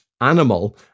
animal